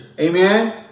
Amen